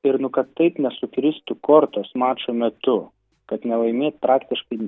ir nu kad taip nesukristų kortos mačo metu kad nelaimėt praktiškai